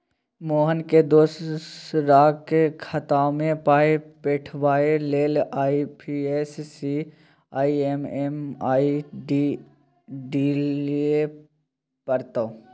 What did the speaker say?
मोहनकेँ दोसराक खातामे पाय पठेबाक लेल आई.एफ.एस.सी आ एम.एम.आई.डी दिअ पड़तै